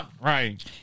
Right